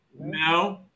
No